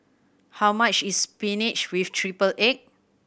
how much is spinach with triple egg